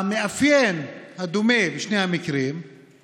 המאפיין הדומה בשני המקרים הוא